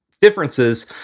differences